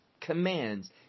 commands